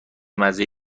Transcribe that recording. مزه